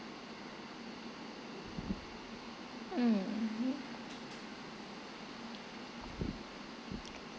um